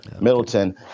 Middleton